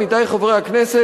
עמיתי חברי הכנסת,